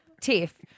Tiff